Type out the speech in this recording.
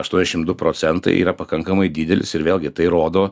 aštuoniasšim du procentai yra pakankamai didelis ir vėlgi tai rodo